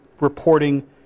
reporting